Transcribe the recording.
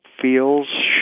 feels